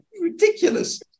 ridiculous